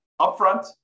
upfront